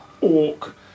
orc